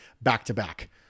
back-to-back